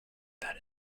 that